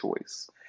choice